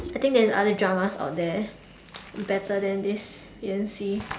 I think there's other dramas out there better than this Yan-Xi